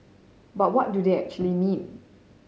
but what do they actually mean